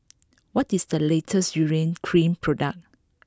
what is the latest Urea Cream product